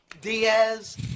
diaz